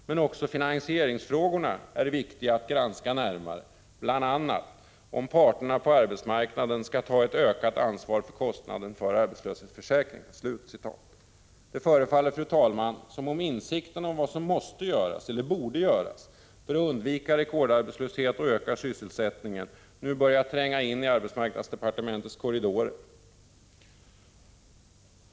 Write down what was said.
Men också finansieringsfrågorna är viktiga att granska närmare bl.a. om parterna på arbetsmarknaden ska ta ett ökat ansvar för kostnaden för arbetslöshetsförsäkring”. Det förefaller, fru talman, som om insikten om vad som måste göras, eller borde göras, för att undvika rekordarbetslöshet och öka sysselsättningen nu har börjat tränga in i arbetsmarknadsdepartementets korridorer.